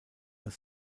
das